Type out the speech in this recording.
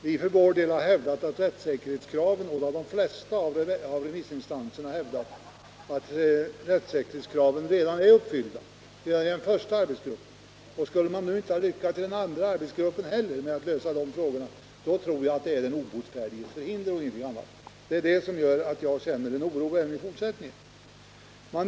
Vi för vår del har hävdat, liksom de flesta av remissinstanserna, att rättssäkerhetskraven är uppfyllda redan i den första arbetsgruppens förslag. Skulle man nu anse att inte heller den andra arbetsgruppen lyckats med att lösa de frågorna, då tror jag att det är den obotfärdiges förhinder och ingenting annat. Det är detta som gör att jag känner oro även i fortsättningen.